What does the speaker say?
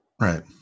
right